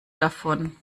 davon